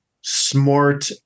smart